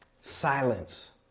Silence